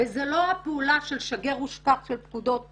וזה לא הפעולה של שגר ושכח של פקודות בווטסאפ,